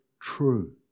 true